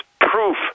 proof